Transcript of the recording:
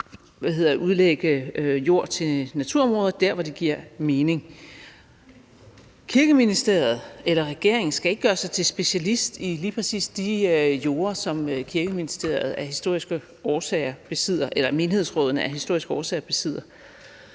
udlægge jord til skov og naturområder der, hvor det giver mening. Kirkeministeriet eller regeringen skal ikke gøres til specialister i lige præcis de jorder, som menighedsrådene af historiske årsager besidder. Derfor giver det ingen mening,